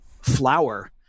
flower